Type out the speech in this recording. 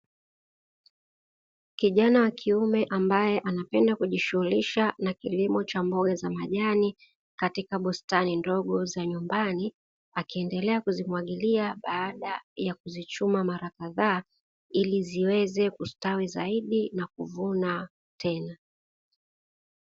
Kijana wa kiume ambaye anapenda kujishughulisha na kilimo cha mboga za majani katika bustani ndogo za nyumbani, akiendelea kuzimwagilia baada ya kuzichuma mara kadhaa ili ziweze kustawi zaidi na kuvuna tena.